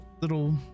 little